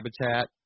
habitat